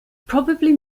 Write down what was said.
probably